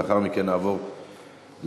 לאחר מכן נעבור להנמקות,